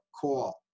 call